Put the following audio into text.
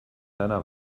deiner